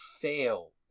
fail